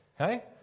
Okay